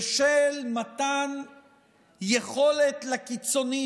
ושל מתן יכולת לקיצונים